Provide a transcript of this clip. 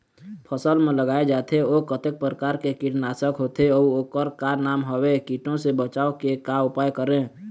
फसल म लगाए जाथे ओ कतेक प्रकार के कीट नासक होथे अउ ओकर का नाम हवे? कीटों से बचाव के का उपाय करें?